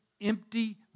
empty